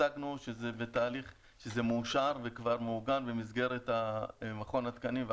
הצגנו שזה מאושר וכבר מעוגן במסגרת מכון התקנים,